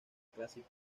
clásica